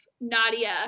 nadia